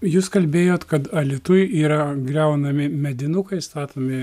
jūs kalbėjot kad alytuj yra griaunami medinukai statomi